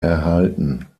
erhalten